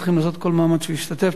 צריכים לעשות כל מאמץ שהוא ישתתף,